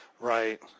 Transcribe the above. Right